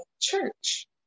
church